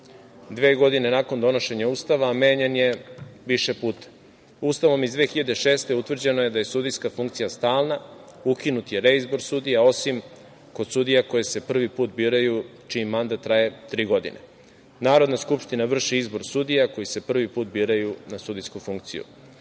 Dve godine nakon donošenja Ustava menjan je više puta. Ustavom iz 2006. godine utvrđeno je da je sudijska funkcija stalna, ukinut je reizbor sudija, osim kod sudija koji se prvi put biraju, čiji mandat traje tri godine. Narodna skupština vrši izbor sudija koji se prvi put biraju na sudijsku funkciju.